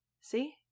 See